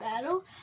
battle